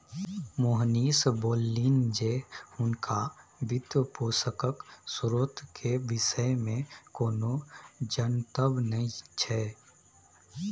मोहनीश बतेलनि जे हुनका वित्तपोषणक स्रोत केर विषयमे कोनो जनतब नहि छै